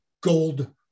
gold